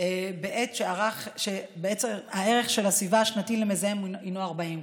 מיקרוגרם/מ"ק בעת שערך הסביבה השנתי למזהם הינו 40,